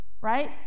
right